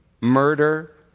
murder